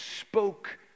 spoke